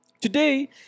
Today